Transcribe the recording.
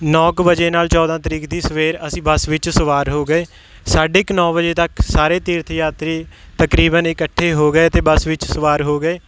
ਨੌਂ ਕੁ ਵਜੇ ਨਾਲ ਚੌਦ੍ਹਾਂ ਤਰੀਕ ਦੀ ਸਵੇਰ ਅਸੀਂ ਬੱਸ ਵਿੱਚ ਸਵਾਰ ਹੋ ਗਏ ਸਾਢੇ ਕੁ ਨੌਂ ਵਜੇ ਤੱਕ ਸਾਰੇ ਤੀਰਥ ਯਾਤਰੀ ਤਕਰੀਬਨ ਇਕੱਠੇ ਹੋ ਗਏ ਅਤੇ ਬੱਸ ਵਿੱਚ ਸਵਾਰ ਹੋ ਗਏ